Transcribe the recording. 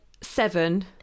Seven